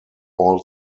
all